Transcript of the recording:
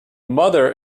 mother